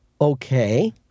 Okay